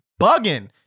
bugging